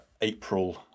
April